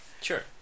Sure